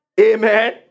Amen